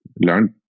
learn